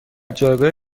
جایگاه